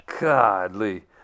Godly